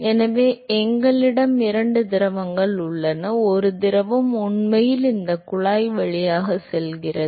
எனவே எங்களிடம் இரண்டு திரவங்கள் உள்ளன ஒரு திரவம் உண்மையில் இந்த குழாய் வழியாக செல்கிறது